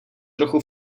trochu